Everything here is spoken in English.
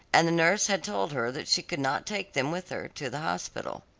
and the nurse had told her that she could not take them with her to the hospital.